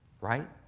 right